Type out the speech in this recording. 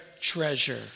treasure